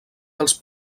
dels